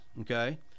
okay